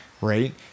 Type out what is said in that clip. right